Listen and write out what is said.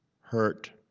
hurt